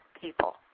people